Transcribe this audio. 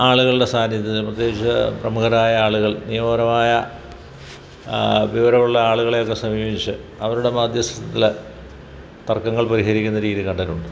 ആളുകളുടെ സാന്നിധ്യത്തിൽ പ്രത്യേകിച്ച് പ്രമുഖരായ ആളുകൾ നിയമപരമായ വിവരമുള്ള ആളുകളെയൊക്കെ സമീപിച്ച് അവരുടെ മധ്യസ്ഥതയിൽ തർക്കങ്ങൾ പരിഹരിക്കുന്ന രീതി കണ്ടിട്ടുണ്ട്